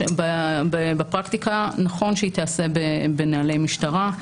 בפרקטיקה, נכון שהיא תיעשה בנהלי משטרה.